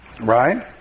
Right